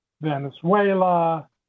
Venezuela